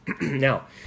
Now